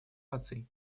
наций